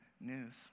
news